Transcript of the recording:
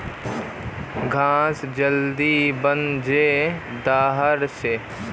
घास जल्दी बन छे टेडर से